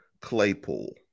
Claypool